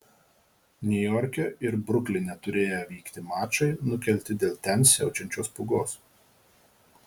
niujorke ir brukline turėję vykti mačai nukelti dėl ten siaučiančios pūgos